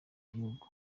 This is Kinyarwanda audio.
igihugu